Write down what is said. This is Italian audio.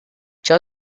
ciò